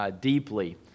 deeply